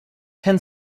ken